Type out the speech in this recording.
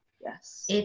Yes